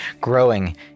growing